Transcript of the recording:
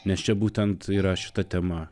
nes čia būtent yra šita tema